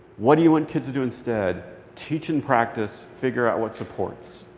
what do you want kids to do instead? teach and practice. figure out what supports.